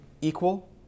equal